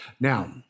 Now